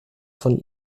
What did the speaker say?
von